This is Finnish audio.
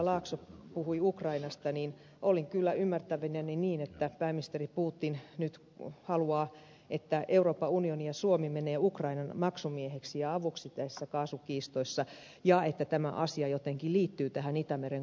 laakso puhui ukrainasta niin olin kyllä ymmärtävinäni niin että pääministeri putin nyt haluaa että euroopan unioni ja suomi menee ukrainan maksumieheksi ja avuksi tässä kaasukiistassa ja että tämä asia jotenkin liittyy tähän itämeren kaasuputkikysymykseen